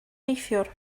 neithiwr